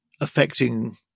affecting